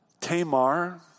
Tamar